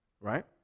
right